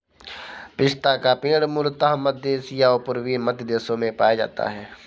पिस्ता का पेड़ मूलतः मध्य एशिया और पूर्वी मध्य देशों में पाया जाता है